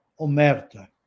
Omerta